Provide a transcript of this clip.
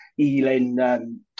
Elin